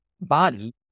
body